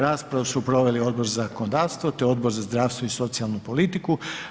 Raspravu su proveli Odbor za zakonodavstvo, te Odbor za zdravstvo i socijalnu politiku.